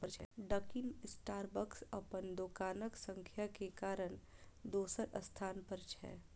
Dunkin Starbucks अपन दोकानक संख्या के कारण दोसर स्थान पर छै